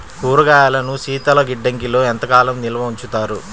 కూరగాయలను శీతలగిడ్డంగిలో ఎంత కాలం నిల్వ ఉంచుతారు?